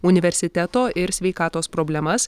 universiteto ir sveikatos problemas